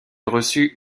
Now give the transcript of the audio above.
reçut